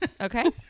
Okay